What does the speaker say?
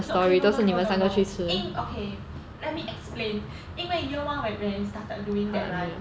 no okay no no no no no 因 okay let me explain 因为 year one when when we started doing that right